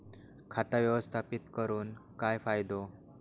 खाता व्यवस्थापित करून काय फायदो?